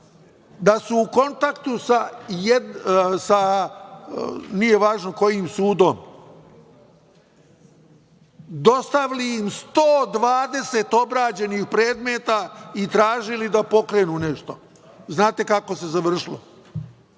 da su u kontaktu sa, nije važno kojim sudom, dostavili im 120 obrađenih predmeta i tražili da pokrenu nešto. Znate kako se završilo?